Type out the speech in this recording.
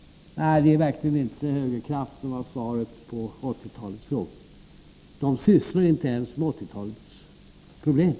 Nej, det är verkligen inte högerkrafterna som har svaret på 1980-talets frågor — de sysslar inte ens med 1980-talets problem.